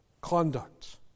conduct